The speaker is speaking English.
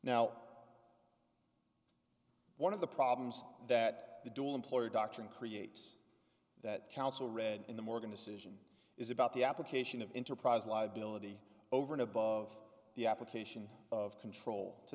now one of the problems that the dual employer doctoring creates that counsel read in the morgan decision is about the application of enterprise liability over and above the application of control to